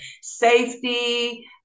safety